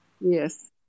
Yes